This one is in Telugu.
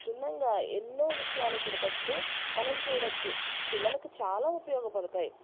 క్షుణ్ణంగా ఎన్నో విషయాల సిలబస్లు మనం చూడవచ్చు పిల్లలకు చాలా ఉపయోగపడతాయి